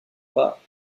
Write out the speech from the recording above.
pas